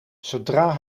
zodra